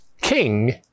king